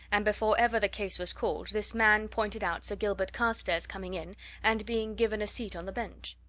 and before ever the case was called this man pointed out sir gilbert carstairs coming in and being given a seat on the bench.